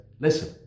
listen